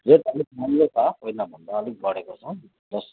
rate अलिक महँगो छ पहिलाभन्दा अलिक बढेको छ